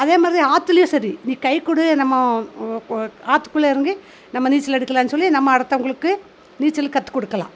அதே மாதிரிதான் ஆத்துலையும் சரி நீ கைக்கொடு நம்ம ஆற்றுக்குள்ளே இறங்கி நம்ம நீச்சல் அடிக்கலான்னு சொல்லி நம்ம அடுத்தவங்களுக்கு நீச்சல் கற்றுக்குடுக்கலாம்